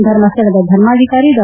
ಧರ್ಮಸ್ಥಳದ ಧರ್ಮಾಧಿಕಾರಿ ಡಾ